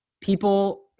People